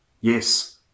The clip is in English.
yes